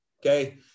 Okay